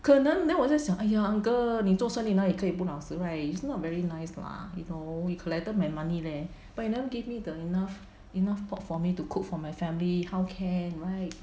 可能 then 我在想要 !aiya! uncle 你做生意那也可以不老实 right it's not very nice lah you know you collected my money leh but you never give me the enough enough pork for me to cook for my family how can right